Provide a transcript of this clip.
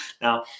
Now